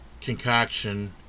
concoction